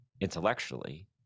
intellectually